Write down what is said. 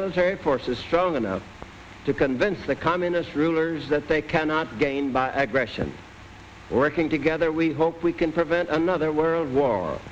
military forces strong enough to convince the communist rulers that they cannot gain by aggression working together we hope we can prevent another world waltz